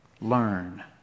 learn